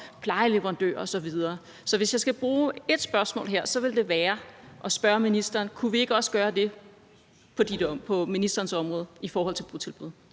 plejeleverandører osv. Så hvis jeg skal bruge ét spørgsmål her, vil det være at spørge ministeren: Kunne vi ikke også gøre det på ministerens område i forhold til botilbud?